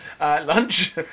Lunch